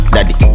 Daddy